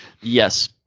yes